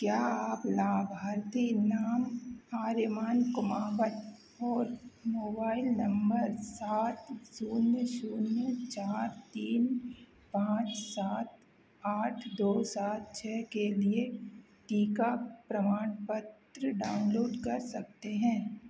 क्या आप लाभार्थी नाम आर्यमान कुमावत और मोबाइल नम्बर सात शून्य शून्य चार तीन पाँच सात आठ दो सात छः के लिए टीका प्रमाणपत्र डाउनलोड कर सकते हैं